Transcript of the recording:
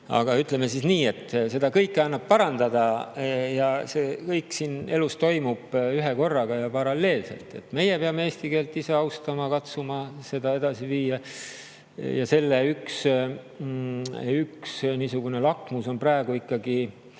Aga ütleme siis nii, et seda kõike annab parandada ja see kõik siin elus toimub ühekorraga ja paralleelselt. Meie ise peame eesti keelt austama, katsuma seda edasi viia. Ja selle üks lakmus on praegu see,